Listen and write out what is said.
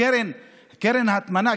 לקרן ההטמנה,